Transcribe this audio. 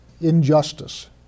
injustice